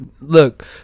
Look